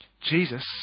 Jesus